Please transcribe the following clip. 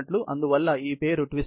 అందువల్ల పేరు ట్విస్టింగ్